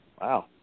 Wow